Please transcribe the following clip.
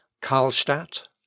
Karlstadt